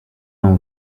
mains